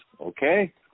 okay